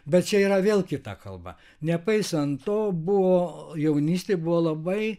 bet čia yra vėl kita kalba nepaisant to buvo jaunystė buvo labai